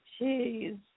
Jeez